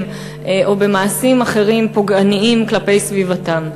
או במעשים פוגעניים אחרים כלפי סביבתם.